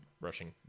rushing